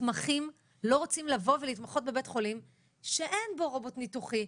מתמחים לא רוצים לבוא ולהתמחות בבית חולים שאין בו רובוט ניתוחי.